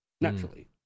naturally